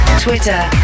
Twitter